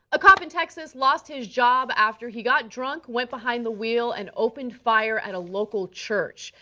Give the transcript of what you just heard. a cop in texas lost his job after he got drunk, went behind the wheel and opened fire at a local church.